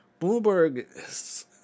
Bloomberg